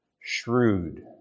shrewd